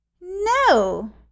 No